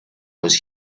was